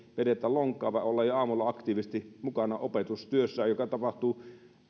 vedetä lonkkaa vaan ollaan jo aamulla aktiivisesti mukana opetustyössä joka tapahtuu